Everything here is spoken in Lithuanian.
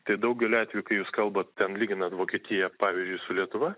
tai daugeliu atveju kai jūs kalbat ten lyginant vokietiją pavyzdžiui su lietuva